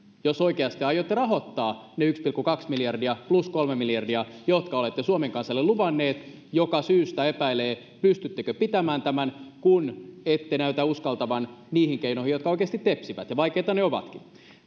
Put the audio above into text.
jos oikeasti aiotte rahoittaa ne yksi pilkku kaksi miljardia plus kolme miljardia jotka olette suomen kansalle luvanneet joka syystä epäilee pystyttekö pitämään tämän kun ette näytä uskaltavan tarttua niihin keinoihin jotka oikeasti tepsivät ja vaikeita ne ovatkin